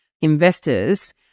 investors